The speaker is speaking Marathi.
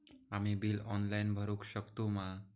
आम्ही बिल ऑनलाइन भरुक शकतू मा?